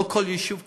לא בכל יישוב קטן,